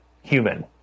human